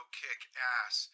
kick-ass